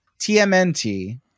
tmnt